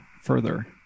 further